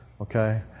okay